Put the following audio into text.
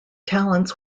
talents